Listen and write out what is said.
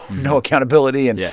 no accountability, and. yeah.